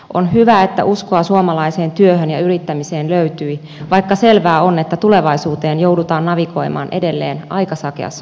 on hyvä että uskoa suomalaiseen työhön ja yrittämiseen löytyi vaikka selvää on että tulevaisuuteen joudutaan navigoimaan edelleen aika sakeassa sumussa